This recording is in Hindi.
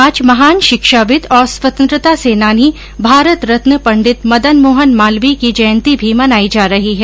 आज महान शिक्षाविद और स्वतंत्रता सेनानी भारत रत्न पंडित मदन मोहन मालवीय की जयंती भी मनाई जा रही है